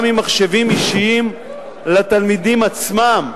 גם עם מחשבים אישיים לתלמידים עצמם.